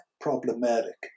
problematic